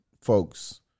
folks